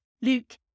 Luke